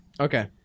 Okay